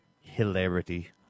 hilarity